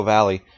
Valley